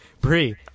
Brie